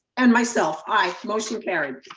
and myself, i, motion carried.